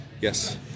Yes